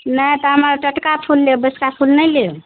नहि तऽ हम्मे टटका फूल लेब बसिअका फूल नहि लेब